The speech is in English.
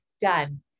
done